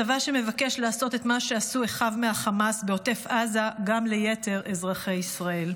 צבא שמבקש לעשות את מה שעשו אחיו מהחמאס בעוטף עזה גם ליתר אזרחי ישראל.